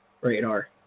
radar